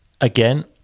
again